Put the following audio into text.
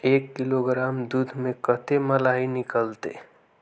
एक किलोग्राम दूध में कते मलाई निकलते?